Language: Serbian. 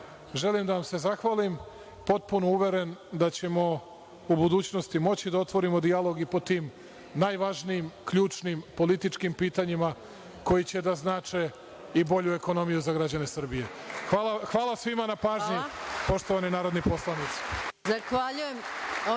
želim da vam se zahvalim potpuno uveren da ćemo u budućnosti moći da otvorimo dijalog i po tim najvažnijim, ključnim političkim pitanjima koja će da znače i bolju ekonomiju za građane Srbije. Hvala svima na pažnji, poštovani narodni poslanici.